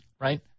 right